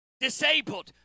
Disabled